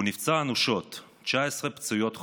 הוא נפצע אנושות, 19 פציעות חודרות,